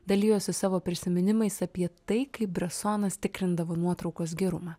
dalijosi savo prisiminimais apie tai kaip bresonas tikrindavo nuotraukos gerumą